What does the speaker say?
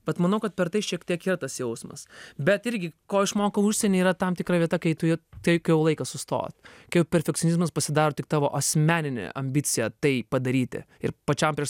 vat manau kad per tai šiek tiek yra tas jausmas bet irgi ko išmokau užsieny yra tam tikra vieta kai tu ja tai kai jau laikas sustot kai jau perfekcionizmas pasidaro tik tavo asmeninė ambicija tai padaryti ir pačiam prieš